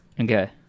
Okay